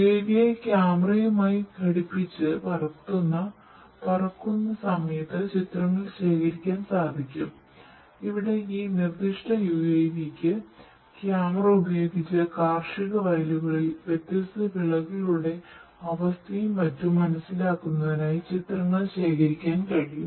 UAV യെ ക്യാമെറയുമായ് ഉപയോഗിച് കാർഷിക വയലുകളിൽ വ്യത്യസ്ത വിളകളുടെ അവസ്ഥയും മറ്റും മനസിലാക്കുന്നതിനായി ചിത്രങ്ങൾ ശേഖരിക്കാൻ കഴിയും